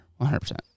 100%